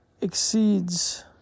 exceeds